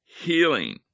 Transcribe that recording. healing